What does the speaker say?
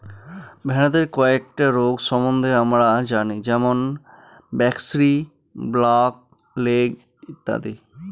ভেড়াদের কয়েকটা রোগ সম্বন্ধে আমরা জানি যেমন ব্র্যাক্সি, ব্ল্যাক লেগ ইত্যাদি